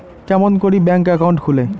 কেমন করি bank account খুলে?